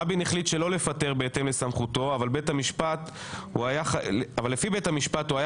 רבין החליט שלא לפטר בהתאם לסמכותו אבל לפי בית המשפט הוא היה